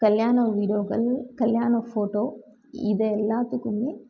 கல்யாண வீடியோக்கள் கல்யாண ஃபோட்டோ இதை எல்லாத்துக்குமே